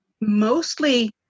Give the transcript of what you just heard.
mostly